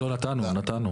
לא, נתנו.